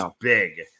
big